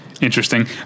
interesting